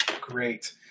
Great